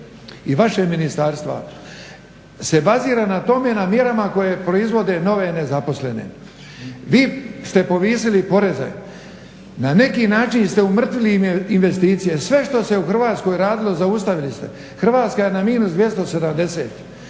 i vašeg Ministarstva se bazira na tome, na mjerama koje proizvode nove nezaposlene. Vi ste povisili poreze, na neki način ste umrtvili investicije, sve što se u Hrvatskoj radilo zaustavili ste. Hrvatska je na -270.